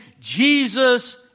Jesus